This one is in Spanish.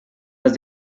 las